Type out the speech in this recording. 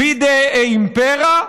divide et Impera,